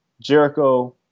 Jericho